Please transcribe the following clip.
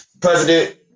President